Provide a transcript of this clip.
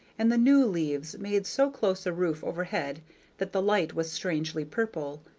and the new leaves made so close a roof overhead that the light was strangely purple,